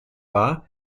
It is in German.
war